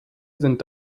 sind